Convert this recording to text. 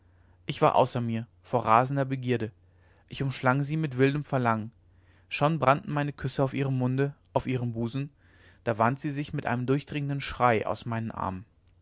ich war außer mir vor rasender begierde ich umschlang sie mit wildem verlangen schon brannten meine küsse auf ihrem munde auf ihrem busen da wand sie sich mit einem durchdringenden schrei aus meinen armen